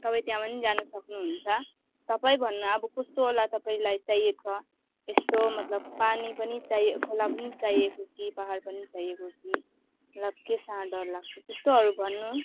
तपाईँ त्यहाँ पनि जानु सक्नुहुन्छ तपाईँ भन्नु अब कस्तोवाला तपाईँलाई चाहिएको छ त्यस्तो मतलब पानी पनि चाहियो खोला पनि चाहिएको कि पाहाड पनि चाहिएको कि र त्योसँग डर लाग्छ त्यस्तोहरू गर्नु